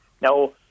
Now